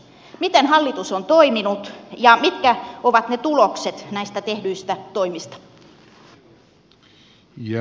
miten hallitus on toiminut ja mitkä ovat ne tulokset näistä tehdyistä toimista